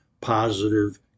positive